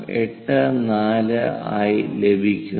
84 ആയി ലഭിക്കുന്നു